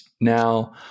Now